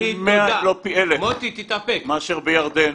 פי מאה אם לא פי אלף מאשר בירדן,